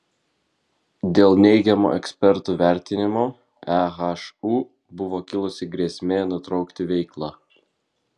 dėl neigiamo ekspertų vertinimo ehu buvo kilusi grėsmė nutraukti veiklą